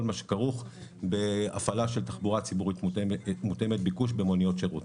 מה שכרוך בהפעלה של תחבורה ציבורית מותאמת ביקוש במוניות שירות.